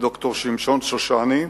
ד"ר שמשון שושני,